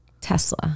tesla